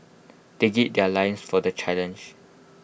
they gird their loins for the challenge